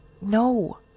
No